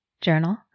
journal